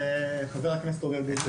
חבר הכנסת אוריאל בוסו,